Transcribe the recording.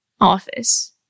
office